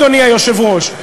אדוני היושב-ראש,